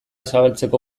zabaltzeko